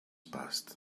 passed